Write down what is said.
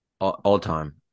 All-time